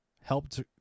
helped